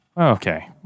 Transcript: Okay